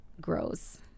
Gross